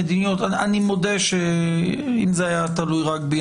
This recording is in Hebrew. אני מודה שאם זה היה תלוי רק בי,